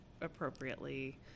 appropriately